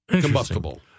Combustible